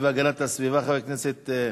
הרווחה והבריאות נתקבלה.